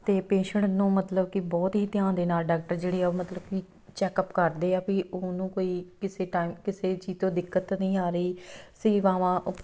ਅਤੇ ਪੇਸ਼ਟ ਨੂੰ ਮਤਲਬ ਕਿ ਬਹੁਤ ਹੀ ਧਿਆਨ ਦੇ ਨਾਲ ਡਾਕਟਰ ਜਿਹੜੇ ਆ ਉਹ ਮਤਲਬ ਕਿ ਚੈੱਕਅਪ ਕਰਦੇ ਆ ਵੀ ਉਹਨੂੰ ਕੋਈ ਕਿਸੇ ਟਾਈਮ ਕਿਸੇ ਚੀਜ਼ ਤੋਂ ਦਿੱਕਤ ਤਾਂ ਨਹੀਂ ਆ ਰਹੀ ਸੇਵਾਵਾਂ